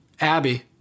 Abby